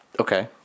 Okay